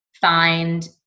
find